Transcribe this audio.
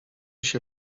się